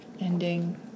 ending